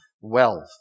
wealth